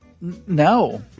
No